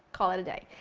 call it a day!